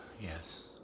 Yes